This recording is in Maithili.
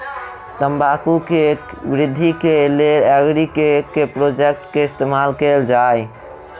तम्बाकू केँ वृद्धि केँ लेल एग्री केँ के प्रोडक्ट केँ इस्तेमाल कैल जाय?